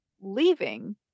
leaving